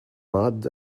mud